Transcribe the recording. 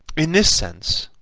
in this sense,